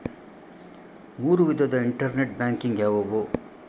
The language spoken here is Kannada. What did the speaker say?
ಮೂರು ವಿಧದ ಇಂಟರ್ನೆಟ್ ಬ್ಯಾಂಕಿಂಗ್ ಯಾವುವು?